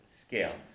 scale